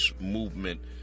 movement